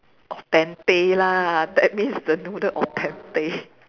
al dente lah that means the noodle al dente